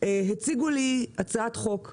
הציגו לי הצעת חוק חשובה,